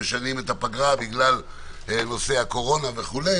שמשנים את הפגרה בשל נושא הקורונה וכו'.